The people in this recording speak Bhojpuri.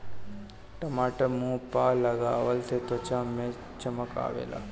टमाटर मुंह पअ लगवला से त्वचा में चमक आवेला